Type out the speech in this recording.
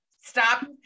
stop